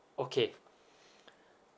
okay